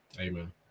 amen